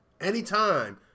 anytime